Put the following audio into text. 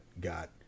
got